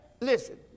Listen